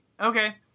Okay